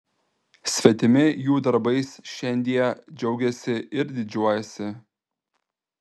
svetimi jų darbais šiandie džiaugiasi ir didžiuojasi